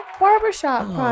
Barbershop